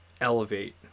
elevate